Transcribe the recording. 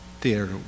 theater